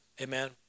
Amen